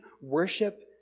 worship